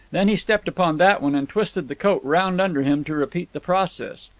then he stepped upon that one and twisted the coat round under him to repeat the process.